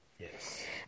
Yes